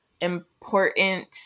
important